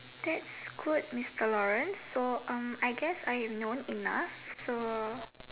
that's good mister Lawrence so I guess I have known enough so